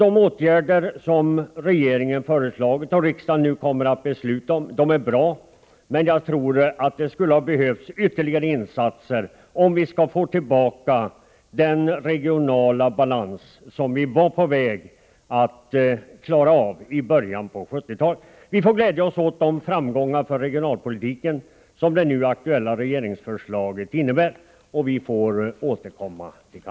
De åtgärder som regeringen har föreslagit och riksdagen kommer att besluta om är bra, men jag tror att det skulle behövas ytterligare insatser om vi skall få tillbaka den regionala balans som vi var på väg att nå i början av 1970-talet. Men vi får glädja oss åt de framgångar för regionalpolitiken som det nu aktuella regeringsförslaget innebär, och vi får återkomma.